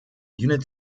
unit